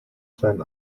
sein